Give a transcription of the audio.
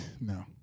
no